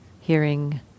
hearing